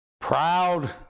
proud